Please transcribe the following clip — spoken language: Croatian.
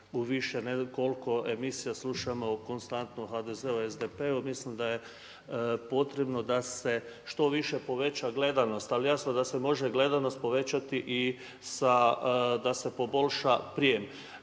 u više emisija slušamo konstantno o HDZ-u i SDP-u. Mislim da je potrebno da se što više poveća gledanost ali jasno da se može gledanost povećati i sa da se poboljša prijem.